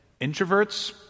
introverts